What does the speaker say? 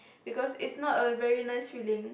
because it's not a very nice feeling